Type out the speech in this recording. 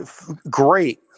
Great